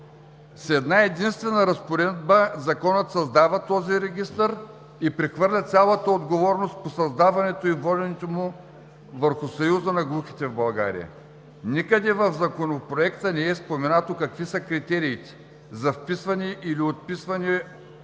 С една-единствена разпоредба Законът създава този регистър и прехвърля цялата отговорност по създаването и въвеждането му върху Съюза на глухите в България. Никъде в Законопроекта не е споменато какви са критериите за вписване или отписване